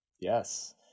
Yes